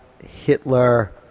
hitler